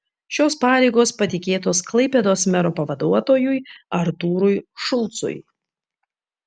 šios pareigos patikėtos klaipėdos mero pavaduotojui artūrui šulcui